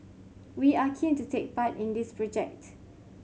we are keen to take part in this project